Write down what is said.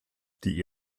die